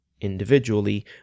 individually